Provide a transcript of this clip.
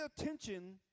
attention